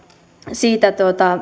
siitä